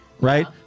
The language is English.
right